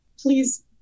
Please